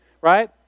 right